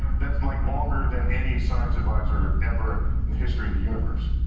that's like longer than any science advisor ever, in the history of the universe.